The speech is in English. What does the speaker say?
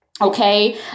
Okay